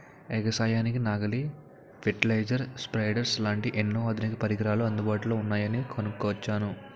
ఎగసాయానికి నాగలి, fertiliser, spreaders లాంటి ఎన్నో ఆధునిక పరికరాలు అందుబాటులో ఉన్నాయని కొనుక్కొచ్చాను